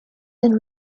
been